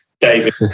David